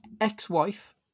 ex-wife